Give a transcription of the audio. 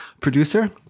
producer